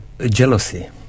jealousy